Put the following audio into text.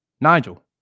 Nigel